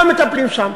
לא מטפלים שם.